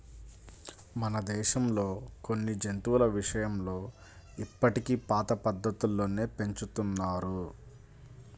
మన దేశంలో కొన్ని జంతువుల విషయంలో ఇప్పటికీ పాత పద్ధతుల్లోనే పెంచుతున్నారు